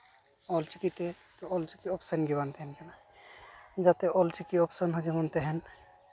ᱚᱞ ᱪᱤᱠᱤᱛᱮ ᱛᱚ ᱚᱞ ᱪᱤᱠᱤ ᱚᱯᱷᱥᱮᱱ ᱜᱮᱵᱟᱝ ᱛᱟᱦᱮᱱ ᱠᱟᱱᱟ ᱡᱟᱛᱮ ᱚᱞ ᱪᱤᱠᱤ ᱚᱯᱷᱥᱮᱱ ᱦᱚᱸ ᱡᱮᱢᱚᱱ ᱛᱟᱦᱮᱱ